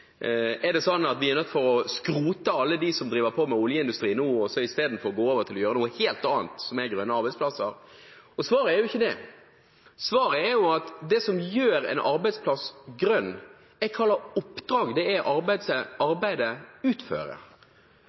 Er det sånn at vi er nødt til å skrote alle dem som driver på i oljeindustrien nå, og istedenfor gå over til å gjøre noe helt annet, til grønne arbeidsplasser? Svaret er jo ikke det. Svaret er at det som gjør en arbeidsplass grønn, er hva slags oppdrag